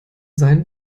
sein